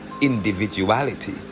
individuality